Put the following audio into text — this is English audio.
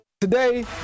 Today